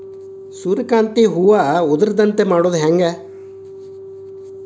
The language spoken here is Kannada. ಸೂರ್ಯಕಾಂತಿ ಹೂವ ಉದರದಂತೆ ಮಾಡುದ ಹೆಂಗ್?